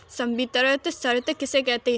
संवितरण शर्त किसे कहते हैं?